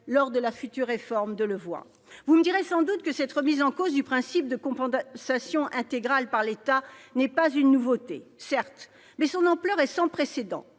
lors de la future réforme Delevoye ! Vous me direz, sans doute, que cette remise en cause du principe de compensation intégrale par l'État n'est pas une nouveauté. Certes, mais son ampleur est sans précédent.